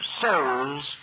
souls